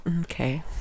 Okay